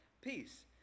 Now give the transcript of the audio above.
peace